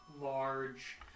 large